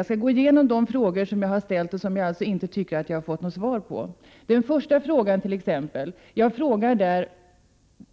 Jag skall gå igenom de frågor som jag har ställt och som jag inte tycker att jag har fått något svar på. I min första fråga undrade